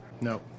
No